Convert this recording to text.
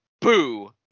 Boo